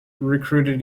recruited